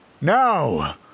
Now